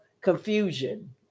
confusion